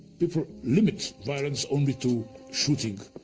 before, limits violence only to shooting,